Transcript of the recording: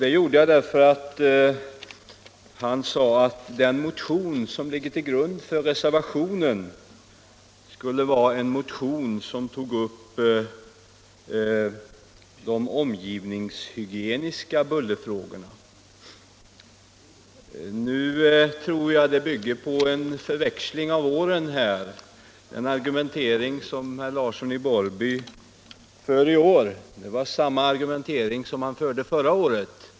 Det gjorde jag därför att han sade att den motion som ligger till grund för reservationen skulle vara en motion, som tar upp de omgivningshygieniska bullerfrågorna. Nu tror jag emellertid att det bygger på en förväxling av åren. Den argumentering som herr Larsson för i år är samma argumentering som han förde förra året.